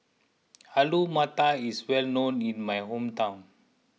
Alu Matar is well known in my hometown